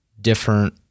different